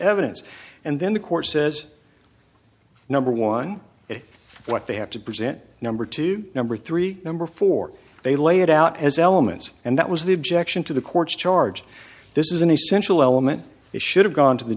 evidence and then the court says number one it what they have to present number two number three number four they lay it out as elements and that was the objection to the court's charge this is an essential element it should have gone to the